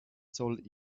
soll